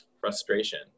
frustration